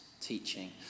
teaching